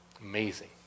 Amazing